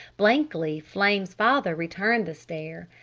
blankly flame's father returned the stare.